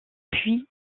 puis